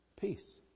peace